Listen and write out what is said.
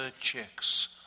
chicks